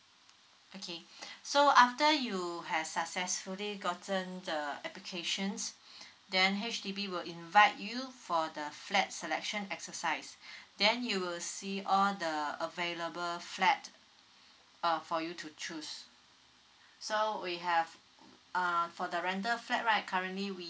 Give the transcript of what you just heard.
okay so after you have successfully gotten the applications then H_D_B will invite you for the flat selection exercise then you will see all the available flat uh for you to choose so we have uh for the rental flat right currently we